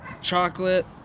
chocolate